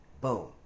boom